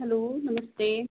hello नमस्ते